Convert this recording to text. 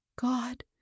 God